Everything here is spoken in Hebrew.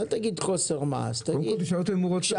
אל תגיד חוסר מעש, תגיד אתגרים או קשיים.